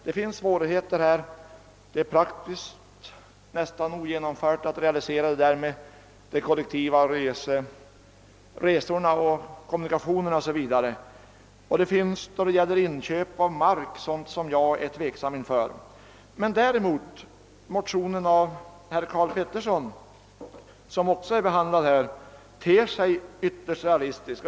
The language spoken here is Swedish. Det är praktiskt ogenomförbart att förverkliga hans förslag beträffande de kollektiva trafikmedlen. Även i herr Lundbergs förslag om statliga markinköp finns det inslag som jag ställer mig tveksam inför. Däremot ter sig motionen av herr Karl Pettersson, som också behandlas i dag, ytterst realistisk.